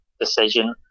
decision